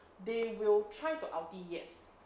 they will try to ulti yes